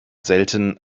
selten